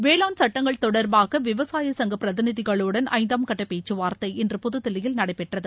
வேளாண் சட்டங்கள் தொடர்பாக விவசாய சங்க பிரதிநிதிகளுடன் ஐந்தாம் கட்ட பேச்சுவார்தை இன்று புதுதில்லியில் நடைபெற்றது